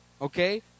Okay